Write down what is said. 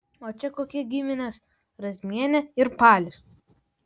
o čia kokie giminės razmienė ir palis